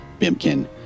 Bimkin